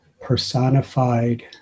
personified